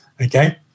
okay